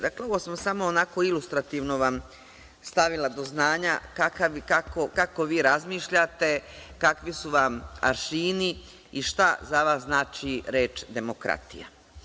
Dakle, ovo sam samo ilustrativno vam stavila do znanja kako vi razmišljate, kakvi su vam aršini i šta za vas znači reč demokratija.